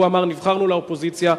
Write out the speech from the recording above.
והוא אמר: נבחרנו לאופוזיציה,